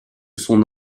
son